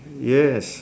yes